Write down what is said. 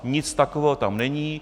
Nic takového tam není.